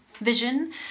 vision